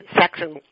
section